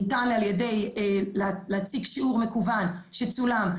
ניתן להציג שיעור מקוון שצולם,